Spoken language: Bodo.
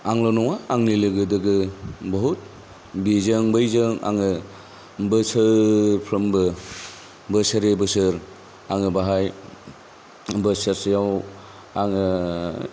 आंल' नङा आंनि लोगो दोगो बहुथ बिजों बैजों आङो बोसोरफ्रोमबो बोसोरे बोसोर आङो बाहाय बोसोरसेयाव आङो ओरैनो